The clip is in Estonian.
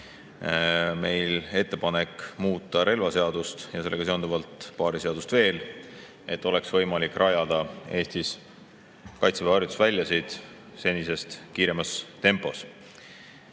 meil ettepanek muuta relvaseadust ja sellega seonduvalt paari seadust veel, et oleks võimalik rajada Eestis kaitseväe harjutusväljasid senisest kiiremas tempos.